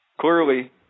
clearly